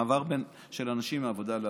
מעבר של אנשים מעבודה לעבודה.